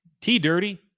T-Dirty